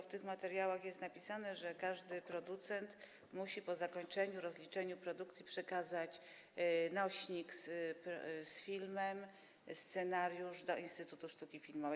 W tych materiałach jest napisane, że każdy producent musi po zakończeniu i rozliczeniu produkcji przekazać nośnik z filmem i scenariusz do Polskiego Instytutu Sztuki Filmowej.